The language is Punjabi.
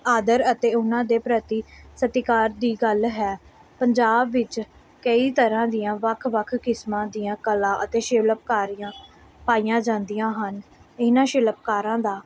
ਆਦਰ ਅਤੇ ਉਹਨਾਂ ਦੇ ਪ੍ਰਤੀ ਸਤਿਕਾਰ ਦੀ ਗੱਲ ਹੈ ਪੰਜਾਬ ਵਿੱਚ ਕਈ ਤਰ੍ਹਾਂ ਦੀਆਂ ਵੱਖ ਵੱਖ ਕਿਸਮਾਂ ਦੀਆਂ ਕਲਾ ਅਤੇ ਸ਼ਿਲਪਕਾਰੀਆਂ ਪਾਈਆਂ ਜਾਂਦੀਆਂ ਹਨ ਇਹਨਾਂ ਸ਼ਿਲਪਕਾਰਾਂ ਦਾ